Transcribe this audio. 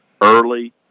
early